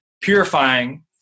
purifying